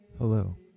Hello